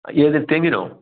ഏത് തെങ്ങിനോ